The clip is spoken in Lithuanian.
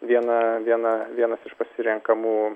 viena viena vienas iš pasirenkamų